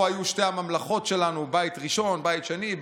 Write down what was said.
פה היו שתי הממלכות שלנו, בית ראשון, בית שני.